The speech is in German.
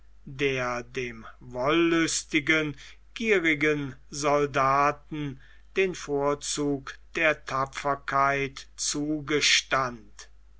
der dem wollüstigen gierigen soldaten den vorzug der tapferkeit zugestand